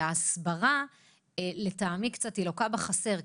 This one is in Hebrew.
שההסברה לטעמי קצת לוקה בחסר.